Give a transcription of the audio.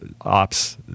ops